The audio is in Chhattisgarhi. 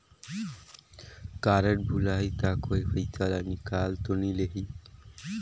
कारड भुलाही ता कोई पईसा ला निकाल तो नि लेही?